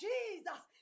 Jesus